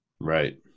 Right